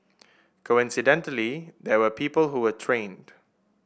coincidentally there were people who were trained